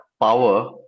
Power